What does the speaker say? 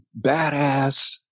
badass